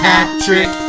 Patrick